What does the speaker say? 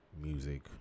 music